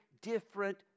different